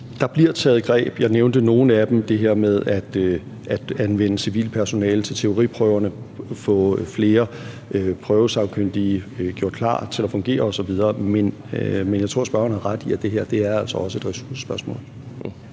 Der bliver taget greb, og jeg nævnte nogle af dem: det her med at anvende civilt personale til teoriprøverne, at få flere prøvesagkyndige gjort klar til at fungere osv. Men jeg tror, spørgeren har ret i, at det her altså også er et ressourcespørgsmål.